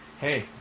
Hey